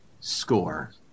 score